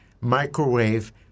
microwave